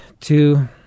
two